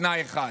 בתנאי אחד: